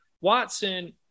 Watson